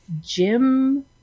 Jim